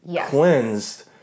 cleansed